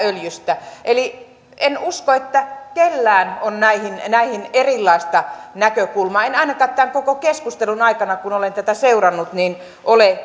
öljystä en usko että kellään on näihin näihin erilaista näkökulmaa en ainakaan tämän koko keskustelun aikana kun olen tätä seurannut ole